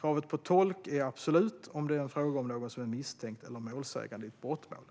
Kravet på tolk är absolut om det är fråga om någon som är misstänkt eller målsägande i ett brottmål.